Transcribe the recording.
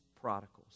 prodigals